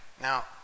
Now